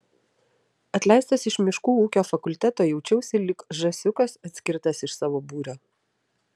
atleistas iš miškų ūkio fakulteto jaučiausi lyg žąsiukas atskirtas iš savo būrio